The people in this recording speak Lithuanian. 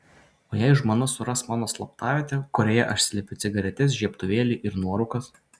o jei žmona suras mano slaptavietę kurioje aš slepiu cigaretes žiebtuvėlį ir nuorūkas